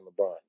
LeBron